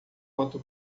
quanto